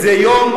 זה יום,